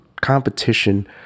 competition –